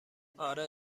آره